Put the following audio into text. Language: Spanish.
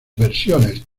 versiones